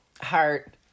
Heart